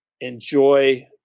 enjoy